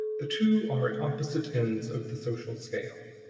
the two are at opposite ends of the social scale.